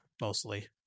mostly